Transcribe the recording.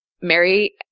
Mary